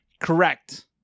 Correct